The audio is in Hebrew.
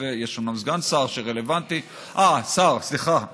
יש לנו סגן שר שרלוונטי, גם, אה, שר, סליחה.